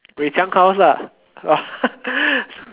Wei-Qiang course lah